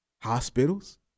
Hospitals